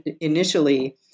initially